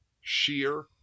Sheer